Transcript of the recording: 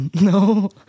No